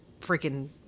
freaking